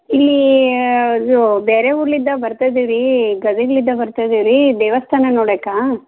ಇಲ್ಲಿ ಇದು ಬೇರೆ ಉರ್ಲಿಂದ ಬರ್ತಾಯಿದೀವಿ ರೀ ಗದಗ್ಲಿಂದ ಬರ್ತಾಯಿದೀವಿ ರೀ ದೇವಸ್ಥಾನ ನೋಡಕೆ